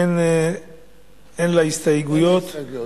אין הסתייגויות,